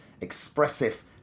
Expressive